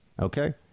Okay